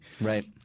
Right